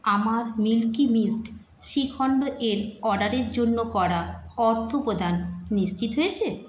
আমার milky mist shrikhand এর অর্ডারের জন্য করা অর্থপ্রদান নিশ্চিত হয়েছে